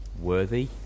Worthy